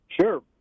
Sure